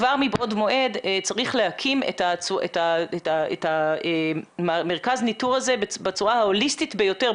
כבר מבעוד מועד צריך להקים את המרכז ניטור הזה בצורה ההוליסטית ביותר,